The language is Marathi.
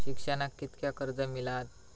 शिक्षणाक कीतक्या कर्ज मिलात?